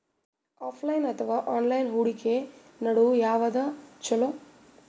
Offline ಅಥವಾ online ಹೂಡಿಕೆ ನಡು ಯವಾದ ಛೊಲೊ?